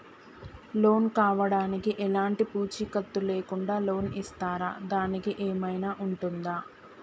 Loan కావడానికి ఎలాంటి పూచీకత్తు లేకుండా లోన్ ఇస్తారా దానికి ఏమైనా ఉంటుందా?